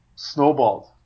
Snowballed